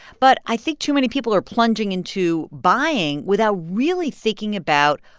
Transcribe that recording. but i think too many people are plunging into buying without really thinking about,